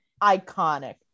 iconic